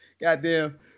Goddamn